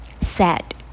Sad